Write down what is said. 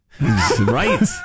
Right